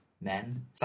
men